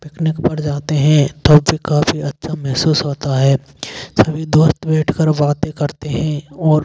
picnic पर जाते हें तो फिर काफ़ी अच्छा महसूस होता है सभी दोस्त बैठ कर बातें करते हें और